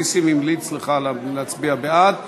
ההצעה להעביר את הצעת חוק לתיקון פקודת הבטיחות בעבודה (מס' 8),